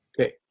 Okay